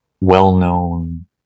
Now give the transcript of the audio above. well-known